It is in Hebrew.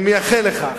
אני מייחל לכך.